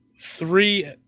three